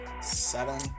seven